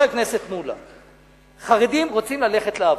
חבר הכנסת מולה, חרדים רוצים ללכת לעבוד.